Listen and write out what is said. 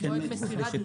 כן אדוני היושב ראש, תודה.